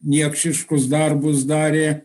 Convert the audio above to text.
niekšiškus darbus darė